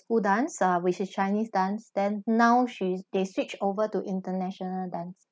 school dance uh which is chinese dance then now she's they switched over to international dance